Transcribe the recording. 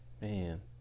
Man